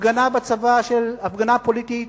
הפגנה בצבא, הפגנה פוליטית,